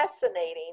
fascinating